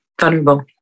vulnerable